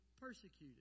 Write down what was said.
persecuted